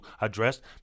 addressed